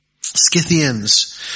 Scythians